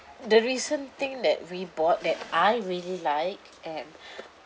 the recent thing that we bought that I really like at